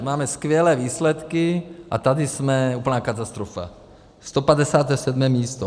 Máme skvělé výsledky, a tady jsme úplná katastrofa, 157. místo.